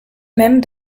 même